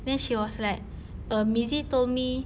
then she was like err mizi told me